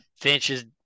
finches